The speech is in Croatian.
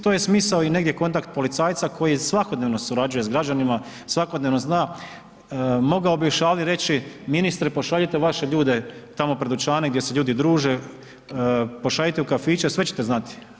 To je smisao i negdje kontakt policajca koji svakodnevno surađuje s građanima, svakodnevno zna, mogao bih još ovdje reći, ministri pošaljite vaše ljude tamo pred dućane gdje se ljudi druže, pošaljite ih u kafiće, sve ćete znati.